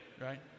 right